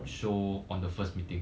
show on the first meeting